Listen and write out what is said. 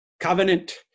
Covenant